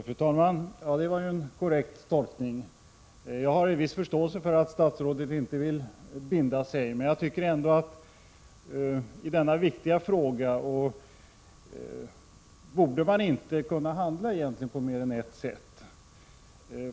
Fru talman! Det var ju en korrekt tolkning. Jag har viss förståelse för att statsrådet inte vill binda sig, men jag tycker ändå att man i denna viktiga fråga egentligen inte borde kunna handla på mer än ett sätt.